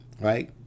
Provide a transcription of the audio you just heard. right